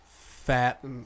fat